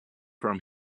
from